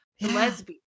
Lesbian